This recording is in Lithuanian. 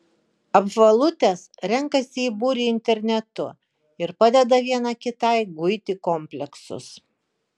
apvalutės renkasi į būrį internetu ir padeda viena kitai guiti kompleksus